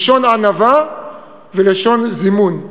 לשון ענווה ולשון זימון.